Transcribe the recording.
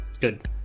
Good